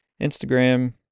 Instagram